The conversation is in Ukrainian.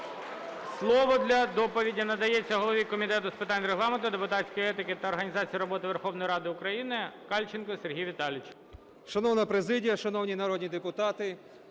Слово для доповіді надається голові Комітету з питань Регламенту, депутатської етики та організації роботи Верховної Ради України Кальченку Сергію Віталійовичу. 13:46:52 КАЛЬЧЕНКО С.В. Шановна президія, шановні народні депутати!